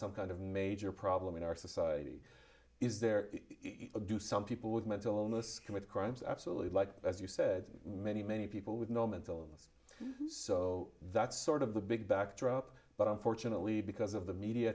some kind of major problem in our society is there a do some people with mental illness commit crimes absolutely like as you said many many people with no mental illness so that's sort of the big backdrop but unfortunately because of the media